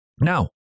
Now